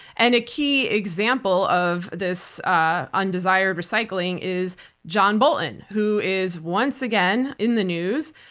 and a key example of this undesired recycling is john bolton, who is once again in the news.